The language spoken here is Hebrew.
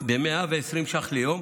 ב-120 שקלים ליום.